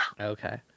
Okay